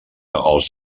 els